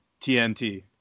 TNT